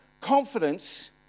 confidence